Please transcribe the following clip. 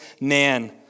man